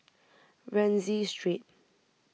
Rienzi Street